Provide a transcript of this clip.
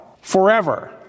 forever